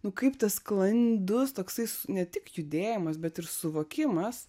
nu kaip tas sklandus toksais ne tik judėjimas bet ir suvokimas